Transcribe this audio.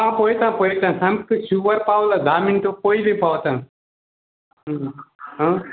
आं पयता पयता सामकें शुवर पावला धा मिनटो पयली पावता आ